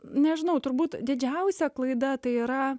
nežinau turbūt didžiausia klaida tai yra